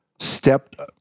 stepped